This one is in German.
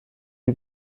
die